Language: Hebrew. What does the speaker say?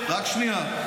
רק שנייה.